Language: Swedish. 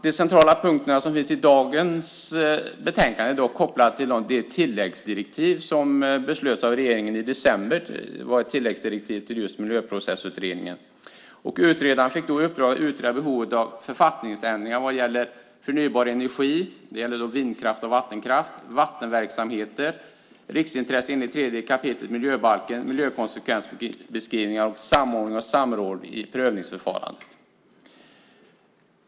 Det centrala för punkterna som finns i dagens betänkande är dock kopplat till de tilläggsdirektiv till Miljöprocessutredningen som beslutades av regeringen i december. Utredaren fick då i uppdrag att utreda behovet av författningsändringar vad gäller förnybar energi, och det gäller vindkraft och vattenkraft, vattenverksamheter, riksintresse enligt 3 kap. miljöbalken, miljökonsekvensbeskrivningar samt samordning och samråd i prövningsförfarandet.